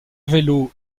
vélos